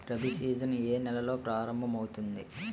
Rabi season ఏ నెలలో ప్రారంభమౌతుంది?